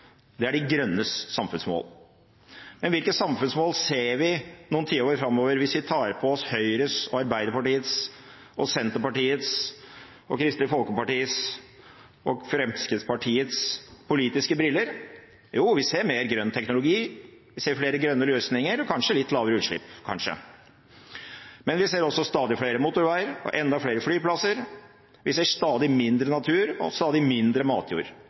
Det er De Grønnes samfunnsmål. Men hvilke samfunnsmål ser vi noen tiår framover hvis vi tar på oss Høyres, Arbeiderpartiets, Senterpartiets, Kristelig Folkepartis og Fremskrittspartiets politiske briller? Jo, vi ser mer grønn teknologi, vi ser flere grønne løsninger og kanskje litt lavere utslipp – kanskje. Men vi ser også stadig flere motorveier og enda flere flyplasser, vi ser stadig mindre natur og stadig mindre matjord,